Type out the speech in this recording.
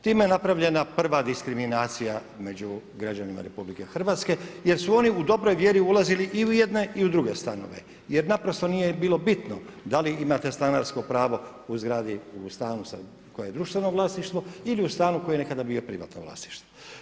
Time je napravljena prva diskriminacija među građanima RH jer su oni u dobroj mjeri ulazili i u jedne i u druge stanove jer naprosto nije bilo bitno da li imate stanarsko pravo u zgradu, u stanu koje je društveno vlasništvo ili u stanu koje je nekada bio privatno vlasništvo.